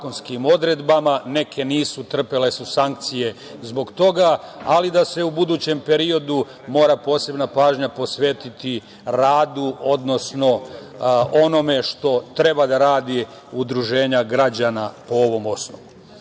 neke nisu, trpele su sankcije zbog toga, ali da se u budućem periodu mora posebna pažnja posvetiti radu odnosno onome što treba da radi Udruženje građana po ovom osnovu. Drugi